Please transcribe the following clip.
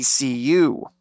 ECU